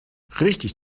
richtig